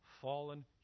fallen